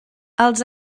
els